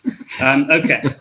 Okay